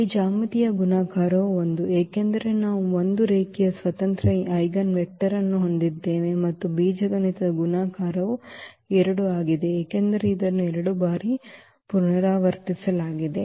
ಇಲ್ಲಿ ಜ್ಯಾಮಿತೀಯ ಗುಣಾಕಾರವು 1 ಏಕೆಂದರೆ ನಾವು 1 ರೇಖೀಯ ಸ್ವತಂತ್ರ ಐಜೆನ್ವೆಕ್ಟರ್ ಅನ್ನು ಹೊಂದಿದ್ದೇವೆ ಮತ್ತು ಬೀಜಗಣಿತದ ಗುಣಾಕಾರವು 2 ಆಗಿದೆ ಏಕೆಂದರೆ ಇದನ್ನು 2 ಅನ್ನು 2 ಬಾರಿ ಪುನರಾವರ್ತಿಸಲಾಗಿದೆ